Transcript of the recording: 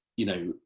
you know,